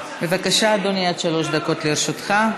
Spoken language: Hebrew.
בבקשה, אדוני, עד שלוש דקות לרשותך.